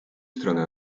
stronę